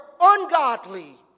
ungodly